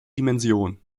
dimension